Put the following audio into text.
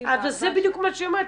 -- אבל זה בדיוק מה שהיא אומרת.